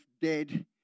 dead